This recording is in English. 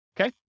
Okay